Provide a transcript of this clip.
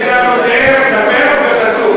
יש גם זאב, נמר וחתול.